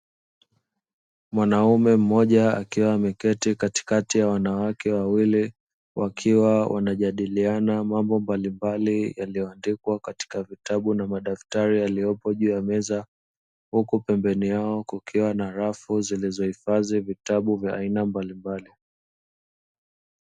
Mwanaume mmoja akiwa ameketi katikati ya wanawake wawili wakiwa wanajadiliana mambo mbalimbali yaliyoandikwa katika vitabu na madaftari yaliyopo juu ya meza, huku pembeni yao kukiwa na rafu zilizohifadhi vitabu vya aina mbalimbali.